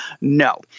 No